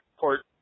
court